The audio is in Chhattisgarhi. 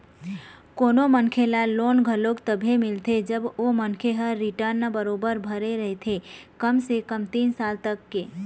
कोनो मनखे ल लोन घलोक तभे मिलथे जब ओ मनखे ह रिर्टन बरोबर भरे रहिथे कम से कम तीन साल तक के